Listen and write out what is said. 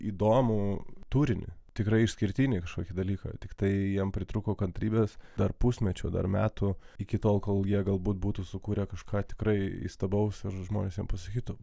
įdomų turinį tikrai išskirtinį kažkokį dalyką tiktai jiems pritrūko kantrybės dar pusmečio dar metų iki tol kol jie galbūt būtų sukūrę kažką tikrai įstabaus ir žmonės jiem pasakytų